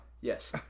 Yes